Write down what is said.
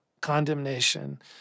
condemnation